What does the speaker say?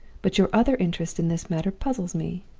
but your other interest in this matter puzzles me.